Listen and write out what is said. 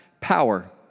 power